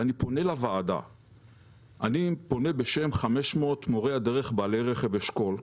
אני פונה לוועדה בשם 500 מורי הדרך בעלי רכב אשכול.